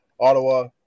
Ottawa